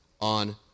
on